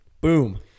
Boom